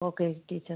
okay teacher